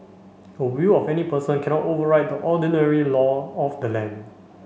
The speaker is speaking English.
a will of any person cannot override the ordinary law of the land